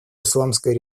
исламской